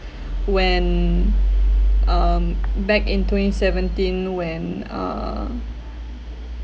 when um back in twenty seventeen when uh